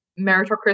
meritocracy